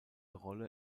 rolle